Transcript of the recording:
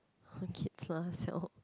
uh kids lah siao